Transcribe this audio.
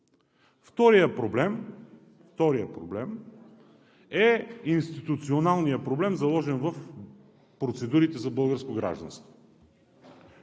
Вторият проблем е институционалният проблем, заложен в процедурите за българско гражданство.